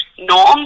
norm